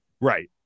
Right